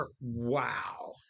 wow